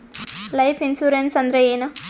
Life insurance ಅಂದ್ರ ಏನ?